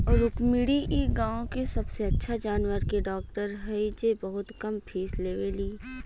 रुक्मिणी इ गाँव के सबसे अच्छा जानवर के डॉक्टर हई जे बहुत कम फीस लेवेली